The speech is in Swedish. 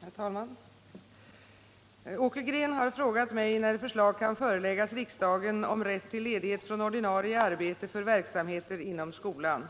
Herr talman! Åke Green har frågat mig när förslag kan föreläggas riksdagen om rätt till ledighet från ordinarie arbete för verksamheter inom skolan.